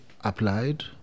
applied